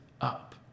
up